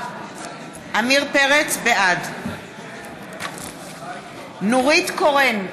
בעד נורית קורן,